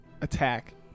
attack